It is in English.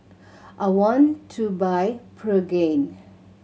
I want to buy Pregain